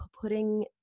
putting